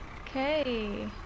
Okay